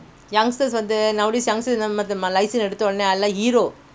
youngsters வந்து:vandhu nowadays youngster லைசன்ஸ்எடுத்தஉடனேஎல்லாமேஒருஹீரோ:license edutha udane ellame oru hero